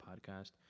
podcast